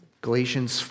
Galatians